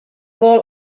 goal